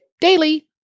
Daily